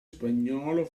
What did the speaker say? spagnolo